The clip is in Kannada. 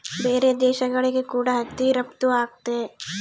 ಬೇರೆ ದೇಶಗಳಿಗೆ ಕೂಡ ಹತ್ತಿ ರಫ್ತು ಆಗುತ್ತೆ